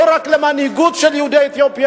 לא רק על המנהיגות של יהודי אתיופיה,